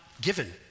given